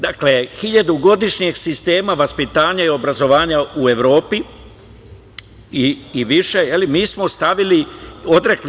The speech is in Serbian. Dakle, hiljadugodišnjeg sistema vaspitanja i obrazovanja u Evropi i više mi smo se odrekli.